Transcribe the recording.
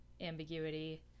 ambiguity